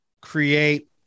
create